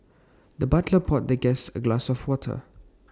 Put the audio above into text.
the butler poured the guest A glass of water